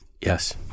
Yes